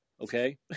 Okay